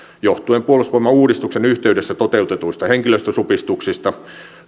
johtuen puolustusvoimauudistuksen yhteydessä toteutetuista henkilöstösupistuksista